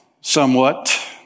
somewhat